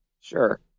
Sure